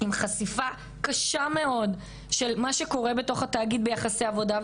עם חשיפה קשה מאוד של מה שקורה בתוך התאגיד ביחסי עבודה.